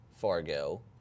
Fargo